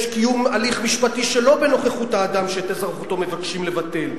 יש קיום הליך משפטי שלא בנוכחות האדם שאת אזרחותו מבקשים לבטל,